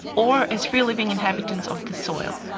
or as free living inhabitants of the soil.